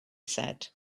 said